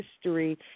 history